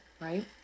right